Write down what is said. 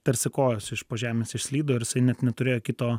tarsi kojos iš po žemės išslydo ir jisai net neturėjo kito